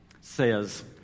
says